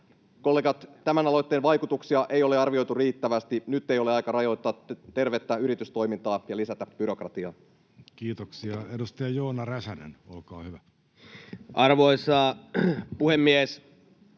Kollegat, tämän aloitteen vaikutuksia ei ole arvioitu riittävästi. Nyt ei ole aika rajoittaa tervettä yritystoimintaa ja lisätä byrokratiaa. Kiitoksia. — Edustaja Joona Räsänen, olkaa hyvä. Arvoisa puhemies!